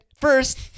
first